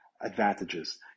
advantages